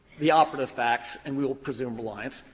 the operative facts, and we will presume reliance.